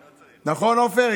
נכון, עופר?